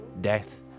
death